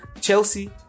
Chelsea